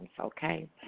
okay